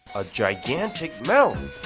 a gigantic mouth!